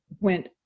went